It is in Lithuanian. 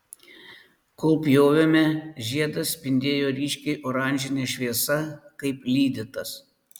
kol pjovėme žiedas spindėjo ryškiai oranžine šviesa kaip lydytas